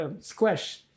squash